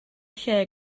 lle